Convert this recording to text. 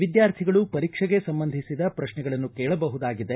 ವಿದ್ಯಾರ್ಥಿಗಳು ಪರೀಕ್ಷೆಗೆ ಸಂಬಂಧಿಸಿದ ಪ್ರಕ್ನೆಗಳನ್ನು ಕೇಳಬಹುದಾಗಿದೆ